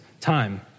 time